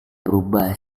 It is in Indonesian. berubah